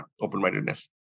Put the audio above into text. open-mindedness